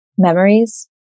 Memories